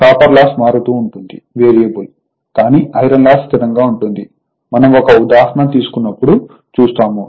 copper loss మారుతూ ఉంటుందివేరియబుల్ కానీ ఐరన్ లాస్ స్థిరంగా ఉంటుంది మనం ఒక ఉదాహరణ తీసుకున్నప్పుడు చూస్తాము